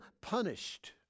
punished